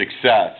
success